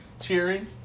cheering